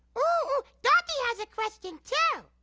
ooh! dorothy has a question too.